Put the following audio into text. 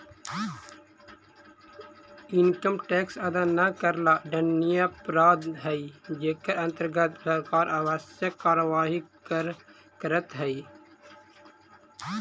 income tax अदा न करला दंडनीय अपराध हई जेकर अंतर्गत सरकार आवश्यक कार्यवाही करऽ हई